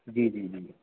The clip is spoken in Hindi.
जी जी जी